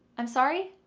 i'm sorry.